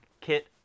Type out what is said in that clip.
kit